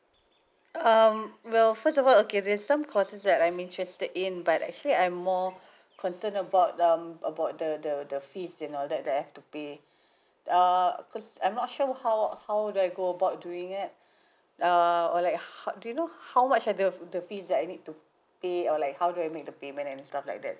um well first of all okay there's some courses that I'm interested in but actually I'm more concern about um about the the the fees you know that that I have to pay uh cause I'm not sure how how do I go about doing it err or like how do you know how much are the the fees that I need to pay or like how do I make the payment and stuff like that